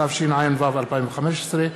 התשע"ו 2015,